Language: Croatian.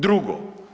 Drugo.